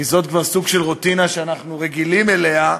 כי זה כבר סוג של רוטינה שאנחנו רגילים אליה,